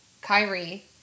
Kyrie